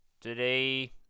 today